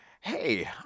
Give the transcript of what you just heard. hey